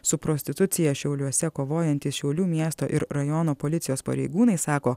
su prostitucija šiauliuose kovojantys šiaulių miesto ir rajono policijos pareigūnai sako